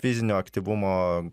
fizinio aktyvumo